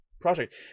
project